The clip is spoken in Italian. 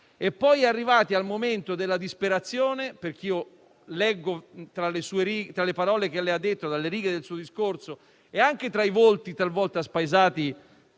poi arrivare al momento della disperazione (leggo infatti, tra le parole che lei ha detto, tra le righe del suo discorso e anche sui volti talvolta spaesati